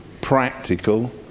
practical